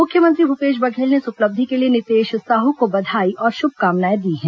मुख्यमंत्री भूपेश बघेल ने इस उपलब्धि के लिए नितेश साहू को बधाई और शुभकामनाएं दी हैं